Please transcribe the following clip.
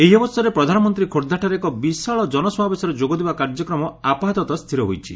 ଏହି ଅବସରରେ ପ୍ରଧାନମନ୍ତୀ ଖୋର୍ବ୍ଧାଠାରେ ଏକ ବିଶାଳ ଜନସମାବେଶରେ ଯୋଗ ଦେବା କାର୍ଯ୍ୟକ୍ରମ ଆପାତତଃ ସ୍ପିର ହୋଇଛି